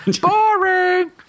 Boring